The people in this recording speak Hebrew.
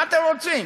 מה אתם רוצים?